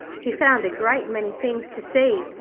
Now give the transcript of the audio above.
he found a great many things to see,